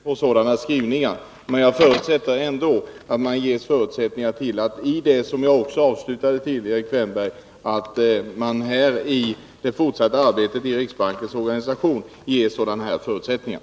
Herr talman! På ss. 14i betänkandet talas det om att utskottet kan tillstyrka förslaget att man i särskilda fall skall kunna låta bestämda kassakontor handha vissa avgränsade arbetsuppgifter. Det kan ju vara så att man ser välvilligt på en sådan skrivning. Jag förutsätter, som jag sade tidigare, att man i det fortsatta arbetet med riksbankens organisation ger sådana möjligheter.